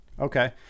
Okay